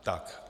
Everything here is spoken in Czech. Tak.